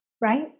right